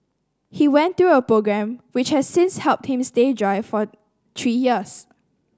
he went through a programme which has since helped him stay dry for three years